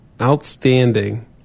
outstanding